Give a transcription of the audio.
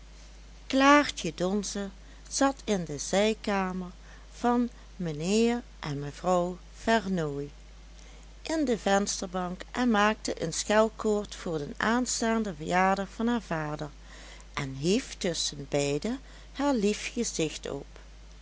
klaartje donze zat in de zijkamer van mijnheer en mevrouw vernooy in de vensterbank en maakte een schelkoord voor den aanstaanden verjaardag van haar vader en hief tusschenbeide haar lief gezicht op